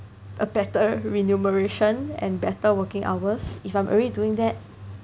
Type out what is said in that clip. a better renumeration and better working hours if I'm already doing that